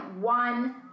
one